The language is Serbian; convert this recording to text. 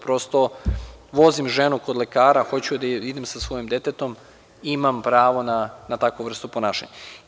Prosto vozim ženu kod lekara, hoću da idem sa svojim detetom, imam pravo na takvu vrstu ponašanja.